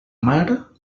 mar